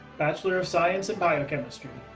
bachelor of science in biochemistry.